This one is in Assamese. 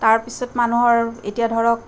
তাৰপিছত মানুহৰ এতিয়া ধৰক